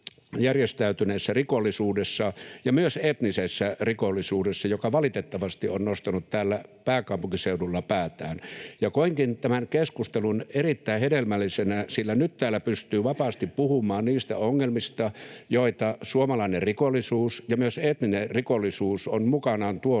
järjestäytyneessä rikollisuudessa ja myös etnisessä rikollisuudessa, joka valitettavasti on nostanut täällä pääkaupunkiseudulla päätään, ja koinkin tämän keskustelun erittäin hedelmällisenä, sillä nyt täällä pystyy vapaasti puhumaan niistä ongelmista, joita suomalainen rikollisuus ja myös etninen rikollisuus ovat mukanaan tuoneet,